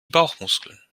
bauchmuskeln